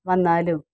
വന്നാലും